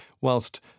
whilst